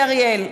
אורי אריאל,